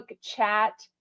chat